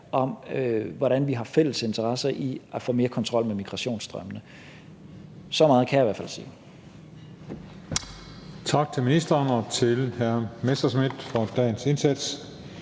om, hvordan vi har fælles interesser i at få mere kontrol med migrationsstrømmene. Så meget kan jeg i hvert fald sige.